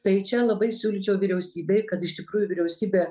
tai čia labai siūlyčiau vyriausybei kad iš tikrųjų vyriausybė